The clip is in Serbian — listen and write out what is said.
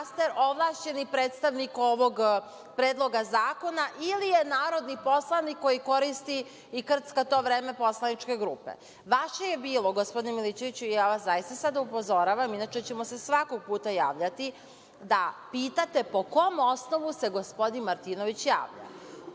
ovlašćeni predstavnik ovog Predloga zakona ili je narodni poslanik koji koristi i krcka to vreme poslaničke grupe. Vaše je bilo, gospodine Milićeviću, i ja vas zaista sada upozoravam, inače ćemo se svakog puta javljati, da pitate – po kom osnovu se gospodin Martinović javlja.